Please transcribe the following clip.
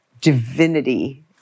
divinity